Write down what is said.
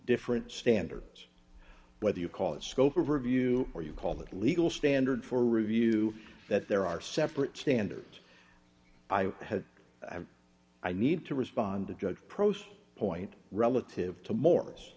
different standards whether you call it scope of review or you call that legal standard for review that there are separate standards i have i need to respond to judge pros point relative to morris